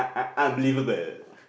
unbelievable